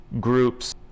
groups